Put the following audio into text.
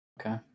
Okay